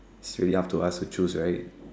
should we ask to ask to choose right